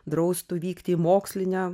draustų vykti į mokslinę